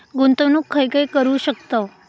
गुंतवणूक खय खय करू शकतव?